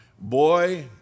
Boy